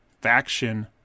faction